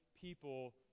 people